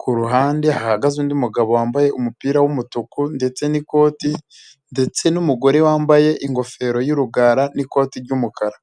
ku ruhande hahagaze undi mugabo wambaye umupira w'umutuku ndetse n'ikoti ndetse n'umugore wambaye ingofero y'urugara n'ikoti ry'umukara.